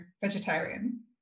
vegetarian